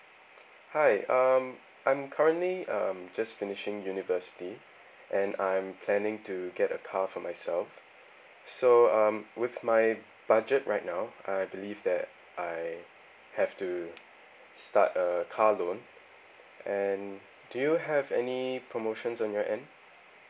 hi um I'm currently um just finishing university and I'm planning to get a car for myself so um with my budget right now I believe that I have to start a car loan and do you have any promotions on your end